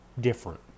different